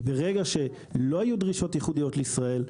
כי ברגע שלא יהיו דרישות ייחודיות לישראל,